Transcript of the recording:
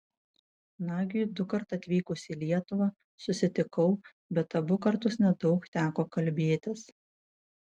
nagiui dukart atvykus į lietuvą susitikau bet abu kartus nedaug teko kalbėtis